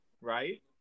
right